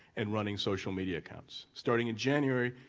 and running social media accounts. starting in january,